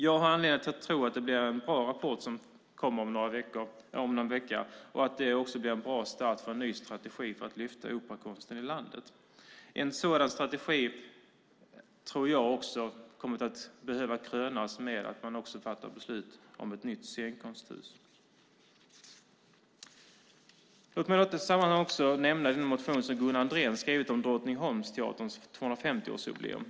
Jag har anledning att tro att det blir en bra rapport som kommer om någon vecka och att det också blir en bra start på en ny strategi för att lyfta operakonsten i landet. En sådan strategi tror jag kommer att behöva krönas med att man fattar beslut om ett nytt scenkonsthus. Låt mig i detta sammanhang också nämna den motion som Gunnar Andrén skrivit om Drottningholmsteaterns 250-årsjubileum.